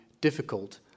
difficult